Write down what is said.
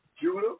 Judah